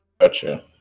Gotcha